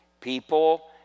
People